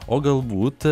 o galbūt